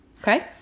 Okay